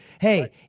hey